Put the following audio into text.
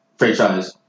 Franchise